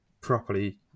properly